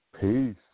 Peace